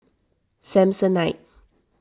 Samsonite